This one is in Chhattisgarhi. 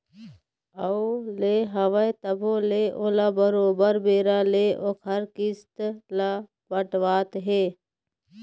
अउ ले हवय तभो ले ओला बरोबर बेरा ले ओखर किस्त ल पटावत हे